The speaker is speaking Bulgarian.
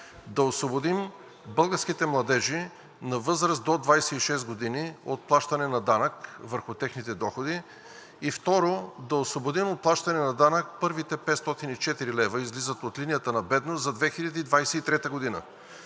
да освободим българските младежи на възраст до 26 години от плащане на данък върху техните доходи. И второ, да освободим от плащане на данък първите 504 лв., излизат от линията на бедност за 2023 г.